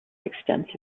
extensive